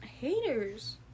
haters